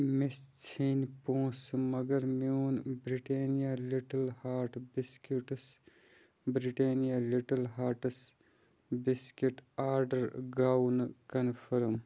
مےٚ ژھیٚنۍ پۄنٛسہٕ مگر میٛون Britannia little heart biscuits Britannia little hearts biscuit order گوٚو نہٕ کنفٲرٕم